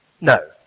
No